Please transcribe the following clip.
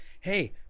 hey